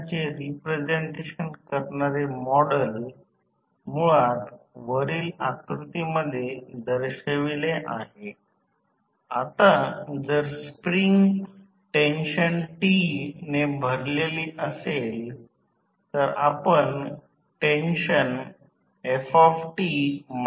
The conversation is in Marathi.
तर त्या रेट ला अनुमती देण्यासाठी पूर्ण भार प्रवाहास प्रवाहित करण्यास किंवा रेटेड विद्युत प्रवाहला प्रवाहित करण्यासाठी हा शॉर्ट सर्किट या कमी व्होल्टेज बाजूला उच्च व्होल्टेज बाजूला रेट केलेल्या व्होल्टेज च्या 5 ते 8 टक्के कदाचित त्यास अगदी लहान व्होल्टेज ची आवश्यकता आहे